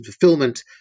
fulfillment